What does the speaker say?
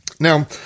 Now